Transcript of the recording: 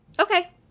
Okay